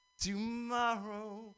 tomorrow